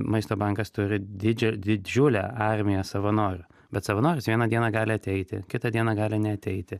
maisto bankas turi didžią didžiulę armiją savanorių bet savanoris vieną dieną gali ateiti kitą dieną gali neateiti